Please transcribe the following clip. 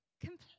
Complete